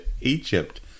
Egypt